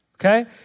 Okay